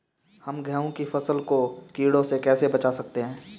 हम गेहूँ की फसल को कीड़ों से कैसे बचा सकते हैं?